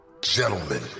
Gentlemen